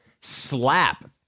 slap